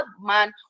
man